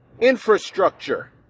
Infrastructure